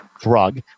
drug